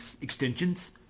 extensions